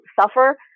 suffer